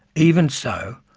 even so,